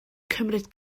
cymryd